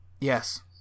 Yes